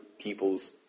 people's